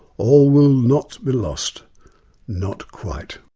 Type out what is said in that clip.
all will not be lost not quite.